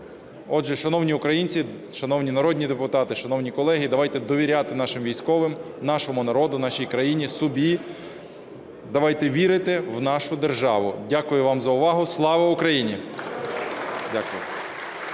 Отже, шановні українці, шановні народні депутати, шановні колеги, давайте довіряти нашим військовим, нашому народу, нашій країні, собі, давайте вірити в нашу державу. Дякую вам за увагу. Слава Україні!